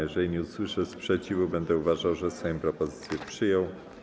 Jeżeli nie usłyszę sprzeciwu, będę uważał, że Sejm propozycję przyjął.